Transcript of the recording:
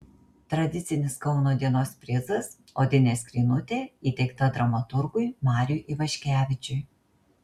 tradicinis kauno dienos prizas odinė skrynutė įteikta dramaturgui mariui ivaškevičiui